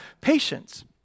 Patience